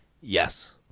Yes